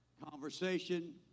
conversation